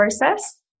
process